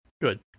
Good